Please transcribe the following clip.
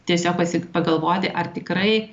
tiesiog pasi pagalvoti ar tikrai